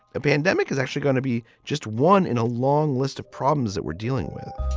a pandemic is actually going to be just one in a long list of problems that we're dealing with.